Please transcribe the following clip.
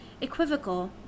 equivocal